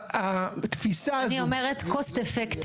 התפיסה הזאת --- אני אומרת "קוסט-אפקטיב",